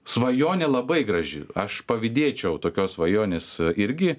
svajonė labai graži aš pavydėčiau tokios svajonės irgi